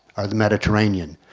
or the mediterranean.